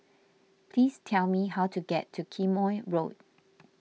please tell me how to get to Quemoy Road